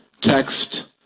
text